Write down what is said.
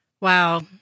Wow